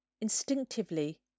instinctively